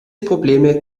probleme